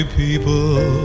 people